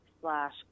slash